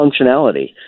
functionality